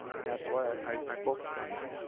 and that's why i focused on that.